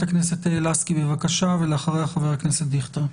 חברת הכנסת לסקי, בבקשה, ואחריה חבר הכנסת דיכטר.